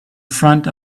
front